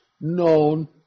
known